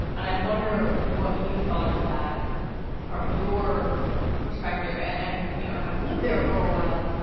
and i wonder what you thought of that from your perspective. and, you know, having lived there for a while,